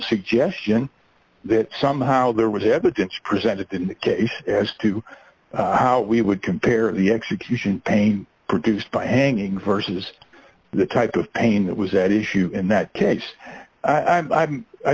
suggestion that somehow there was evidence presented in the case as to how we would compare the execution pain produced by hanging versus the type of pain that was at issue in that case i